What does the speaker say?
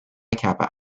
kappa